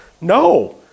No